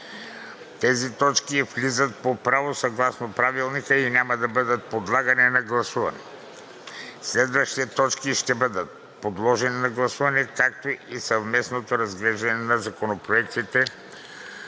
Тези точки влизат по право съгласно Правилника и няма да бъдат подлагани на гласуване. Следващите точки ще бъдат подложени на гласуване, както и съвместното разглеждане на законопроектите